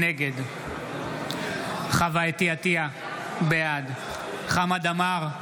נגד חוה אתי עטייה, בעד חמד עמאר,